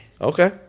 Okay